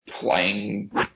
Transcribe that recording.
playing